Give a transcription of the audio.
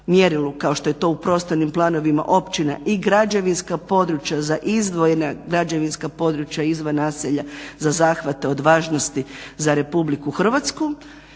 kao što je to u prostornim planovima općina i građevinska područja za izdvojena građevinska područja izvan naselja za zahvate od važnosti za Republiku Hrvatsku.